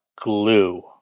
Glue